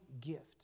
gift